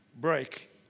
break